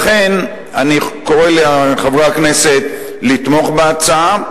לכן אני קורא לחברי הכנסת לתמוך בהצעה.